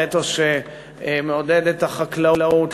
לאתוס שמעודד את החקלאות,